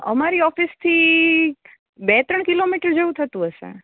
અમારી ઓફિસથી બે ત્રણ કિલોમીટર જેવુ થતું હશે